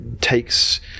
takes